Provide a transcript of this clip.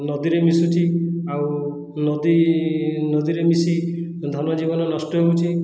ନଦୀରେ ମିଶୁଛି ଆଉ ନଦୀ ନଦୀରେ ମିଶି ଧନ ଜୀବନ ନଷ୍ଟ ହେଉଛି